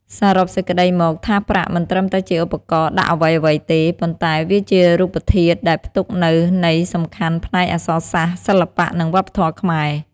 សរុបសេចក្តីមកថាសប្រាក់មិនត្រឹមតែជាឧបករណ៍ដាក់អ្វីៗទេ ប៉ុន្តែវាជារូបធាតុដែលផ្ទុកនូវន័យសំខាន់ផ្នែកអក្សរសាស្ត្រ សិល្បៈ និងវប្បធម៌ខ្មែរ។